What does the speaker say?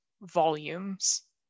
volumes